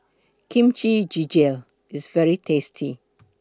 Kimchi Jjigae IS very tasty